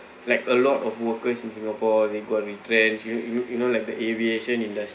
like a lot of workers in singapore they got retrenched you you you know like the aviation industry